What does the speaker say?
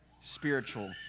spiritual